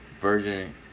virgin